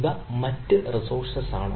ഇവ മറ്റ് റിസോഴ്സ് ആണ്